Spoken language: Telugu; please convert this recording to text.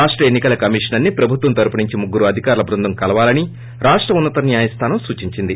రాష్ట ఎన్ని కల కమీషనర్ ని ప్రభుత్వం తరపు నుంచి ముగ్గురు అధికారుల బృందం కలవాలని రాష్ట ఉన్నత న్యాయస్లానం సూచించింది